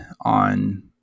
on